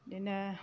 बेदिनो